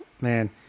Man